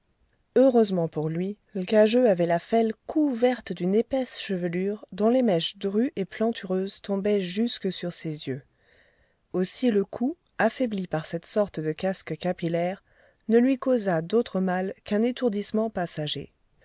heureusement pour lui l'cageux avait la fêle couverte d'une épaisse chevelure dont les mèches drues et plantureuses tombaient jusque sur ses yeux aussi le coup affaibli par cette sorte de casque capillaire ne lui causa d'autre mal qu'un étourdissement passager